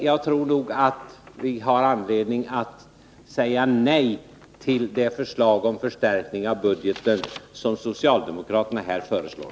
Jag tror nog att vi har anledning att säga nej till det förslag om förstärkning av budgeten som socialdemokraterna här föreslår.